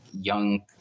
young